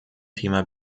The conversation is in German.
thema